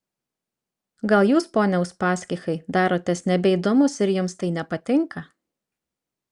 gal jūs pone uspaskichai darotės nebeįdomus ir jums tai nepatinka